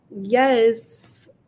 yes